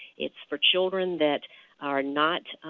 it is for children that are not,